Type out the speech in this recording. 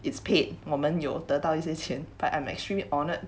it's paid 我们有得到一些钱 but I'm extremely honoured